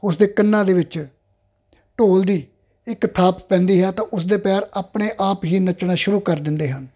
ਉਸ ਦੇ ਕੰਨਾਂ ਦੇ ਵਿੱਚ ਢੋਲ ਦੀ ਇੱਕ ਥਾਪ ਪੈਂਦੀ ਹੈ ਤਾਂ ਉਸਦੇ ਪੈਰ ਆਪਣੇ ਆਪ ਹੀ ਨੱਚਣਾ ਸ਼ੁਰੂ ਕਰ ਦਿੰਦੇ ਹਨ